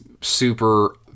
super